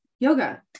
Yoga